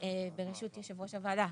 ברשות יושב ראש הוועדה,